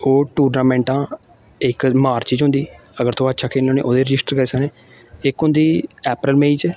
ओह् टूर्नामेंटां इक मार्च च होंदी अगर तुस अच्छा खेलने होन्ने ओह्दे रजिस्टर करी सकने इक होंदी अप्रैल मेई च